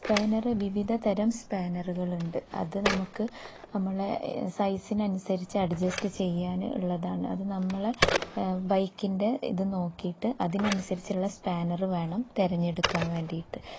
spanner വിവിധതരം സ്പാനറുകളുണ്ട് അത് നമുക്ക് നമ്മളെ സൈസിനനുസരിച്ച് അഡ്ജസ്റ്റ് ചെയ്യാൻ ഉള്ളതാണ് അത് നമ്മളെ ബൈക്കിൻ്റെ ഇത് നോക്കിയിട്ട് അതിനനുസരിച്ചുള്ള സ്പാനറ് വേണം തെരഞ്ഞെടുക്കാൻ വേണ്ടിയിട്ട്